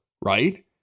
Right